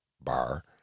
bar